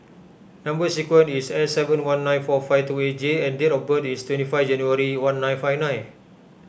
Number Sequence is S seven one nine four five two eight J and date of birth is twenty five January one nine five nine